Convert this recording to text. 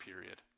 period